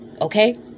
Okay